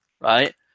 Right